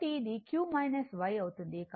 ఇది IL ఇది 43